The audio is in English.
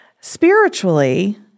spiritually